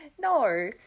No